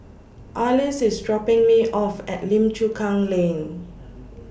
Arlis IS dropping Me off At Lim Chu Kang Lane